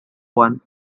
one